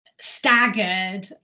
staggered